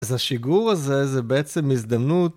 אז השיגור הזה זה בעצם הזדמנות